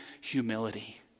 humility